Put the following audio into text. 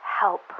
help